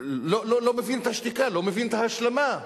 את השתיקה, לא מבין את ההשלמה.